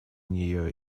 нее